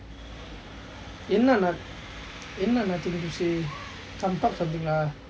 என்ன என்ன மாற்றிக்கிட்டது:enna enna maatrikittathu come talk something lah